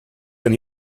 can